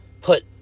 put